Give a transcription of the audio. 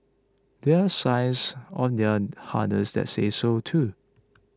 there signs on their harness that say so too